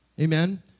Amen